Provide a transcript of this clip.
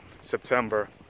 September